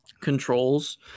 controls